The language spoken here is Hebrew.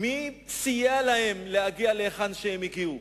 מי סייע להם להגיע להיכן שהם הגיעו.